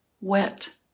wet